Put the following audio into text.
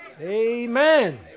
Amen